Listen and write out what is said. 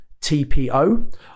TPO